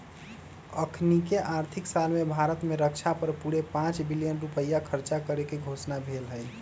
अखनीके आर्थिक साल में भारत में रक्षा पर पूरे पांच बिलियन रुपइया खर्चा करेके घोषणा भेल हई